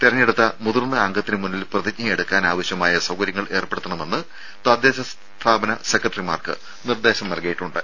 തിരഞ്ഞെടുക്കപ്പെട്ട മുതിർന്ന അംഗത്തിന് മുന്നിൽ പ്രതിജ്ഞയെടുക്കാൻ ആവശ്യമായ സൌകര്യങ്ങൾ ഏർപ്പെടുത്തണമെന്ന് തദ്ദേശ സ്ഥാപന സെക്രട്ടറിമാർക്ക് നിർദ്ദേശം നൽകിയിട്ടുണ്ട്